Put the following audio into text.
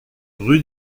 rue